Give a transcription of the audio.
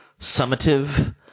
summative